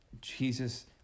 Jesus